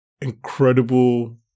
incredible